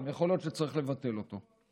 יכול להיות שצריך לבטל אותו.